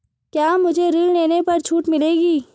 क्या मुझे ऋण लेने पर छूट मिलेगी?